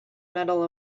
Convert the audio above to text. medal